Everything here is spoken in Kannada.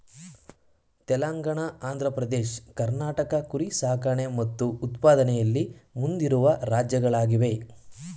ತೆಲಂಗಾಣ ಆಂಧ್ರ ಪ್ರದೇಶ್ ಕರ್ನಾಟಕ ಕುರಿ ಸಾಕಣೆ ಮತ್ತು ಉತ್ಪಾದನೆಯಲ್ಲಿ ಮುಂದಿರುವ ರಾಜ್ಯಗಳಾಗಿವೆ